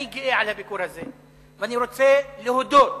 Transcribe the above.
אני גאה על הביקור הזה, ואני רוצה להודות